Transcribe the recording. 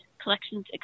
collections